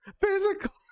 Physical